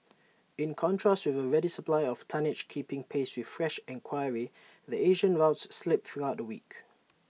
in contrast with A ready supply of tonnage keeping pace with fresh enquiry the Asian rouse slipped throughout the week